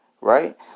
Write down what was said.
right